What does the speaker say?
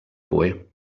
boy